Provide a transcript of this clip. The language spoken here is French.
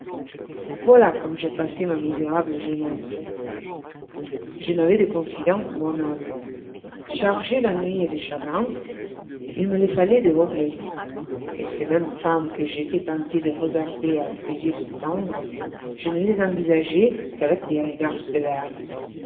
voilà comme j'ai passé ma misérable jeunesse je n'avois de confident que moi-même chargé d'ennuis et de chagrins il me les falloit dévorer et ces mêmes femmes que j'étois tenté de regarder avec des yeux si tendres je ne les envisageois qu'avec des regards sévères